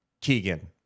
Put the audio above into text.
Keegan